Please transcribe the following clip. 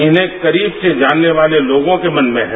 इन्हें करीब से जानने वाले लोगों के मन में है